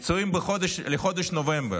פיצויים לחודש נובמבר.